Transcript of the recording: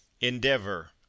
Endeavor